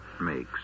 makes